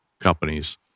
companies